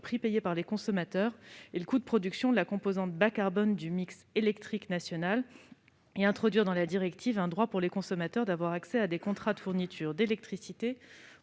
prix payé par les consommateurs et le coût de production de la composante bas-carbone du mix électrique national. Nous souhaitons également introduire dans la directive européenne le droit pour les consommateurs d'avoir accès à des contrats de fourniture d'électricité